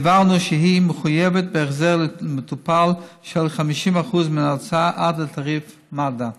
והבהרנו שהיא מחויבת בהחזר למטופל של 50% מההוצאה עד לתעריף מד"א.